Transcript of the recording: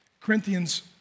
Corinthians